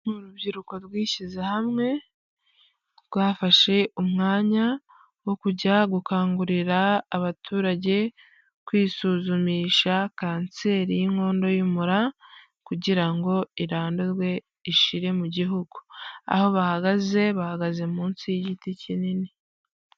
Urubyiruko rwishyize hamwe rwafashe umwanya wo kujya gukangurira abaturage kwisuzumisha kanseri y'inkondo y'umura kugira ngo irandurwe ishire mu gihugu, aho bahagaze, bahagaze munsi y'igiti kinini.